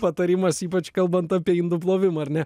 patarimas ypač kalbant apie indų plovimą ar ne